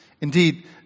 Indeed